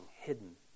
hidden